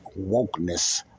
wokeness